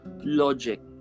logic